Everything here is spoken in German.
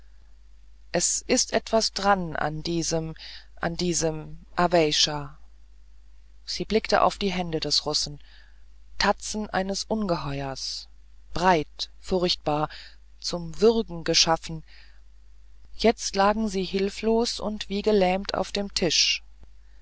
es ist etwas dran an diesem an diesem aweysha sie blickte auf die hände des russen tatzen eines ungeheuers breit furchtbar wie zum würgen geschaffen jetzt lagen sie hilflos und wie gelähmt auf dem tisch